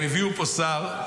הם הביאו פה שר,